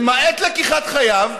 למעט לקיחת חייו,